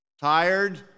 Tired